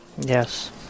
Yes